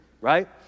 right